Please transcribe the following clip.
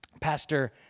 Pastor